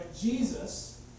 Jesus